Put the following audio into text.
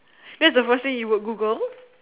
that's the first thing you would Google